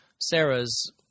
Sarah's